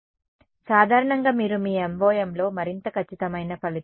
కాబట్టి సాధారణంగా మీరు మీ MoMలో మరింత ఖచ్చితమైన ఫలితాలను ఎలా పొందుతారు